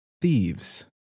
thieves